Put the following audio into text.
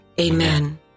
Amen